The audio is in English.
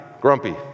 grumpy